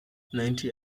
ninety